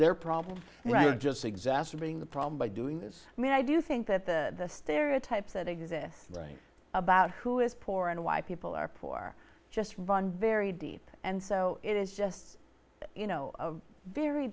their problem right just exacerbating the problem by doing this i mean i do think that the stereotypes that exist right about who is poor and why people are poor just run very deep and so it is just you know very